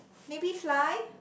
maybe fly